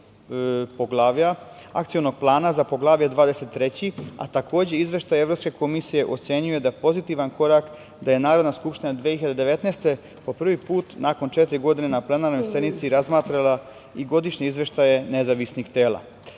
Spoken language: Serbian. revidiranog Akcionog plana za Poglavlje 23, a takođe i Izveštaj Evropske komisije ocenio je da je pozitivan korak da je Narodna skupština 2019. godine po prvi put nakon četiri godine na plenarnoj sednici razmatrala i godišnje izveštaje nezavisnih tela. Kada